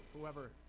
whoever